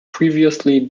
previously